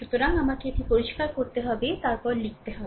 সুতরাং আমাকে এটি পরিষ্কার করতে হবে তারপর লিখতে হবে